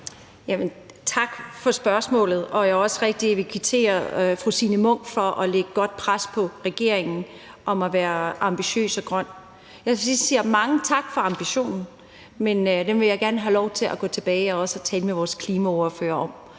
Tak for spørgsmålet. Og jeg vil også rigtig gerne kvittere fru Signe Munk for at lægge godt pres på regeringen for at være ambitiøs og grøn. Jeg siger mange tak for ambitionen, men den vil jeg gerne have lov til at gå tilbage og tale med vores klimaordfører om,